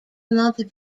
not